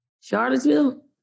Charlottesville